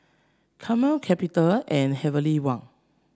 Camel Capital and Heavenly Wang